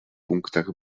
punktach